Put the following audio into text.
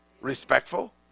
respectful